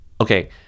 Okay